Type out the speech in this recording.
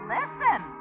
Listen